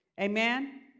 Amen